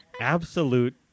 absolute